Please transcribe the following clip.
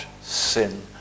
sin